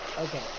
Okay